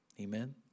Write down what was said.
Amen